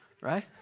Right